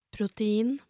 Protein